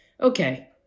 Okay